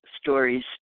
stories